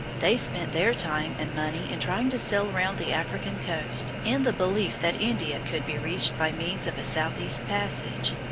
they spent their time and money in trying to sail round the african coast, in the belief that india could be reached by means of a southeast passage.